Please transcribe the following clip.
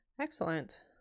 Excellent